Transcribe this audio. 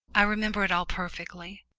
i remembered it all perfectly.